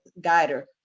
guider